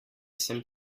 sem